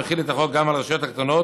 המחיל את החוק גם על הרשויות הקטנות.